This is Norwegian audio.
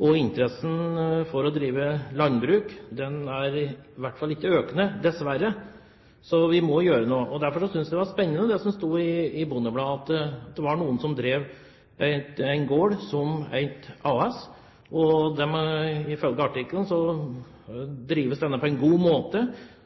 og interessen for å drive landbruk er i hvert fall ikke økende, dessverre. Så vi må gjøre noe, og derfor syntes jeg det var spennende det som sto i Bondebladet, at det var noen som drev en gård som et AS. Ifølge artikkelen drives denne på en god måte,